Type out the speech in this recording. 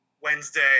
Wednesday